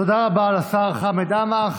תודה רבה לשר חמד עמאר.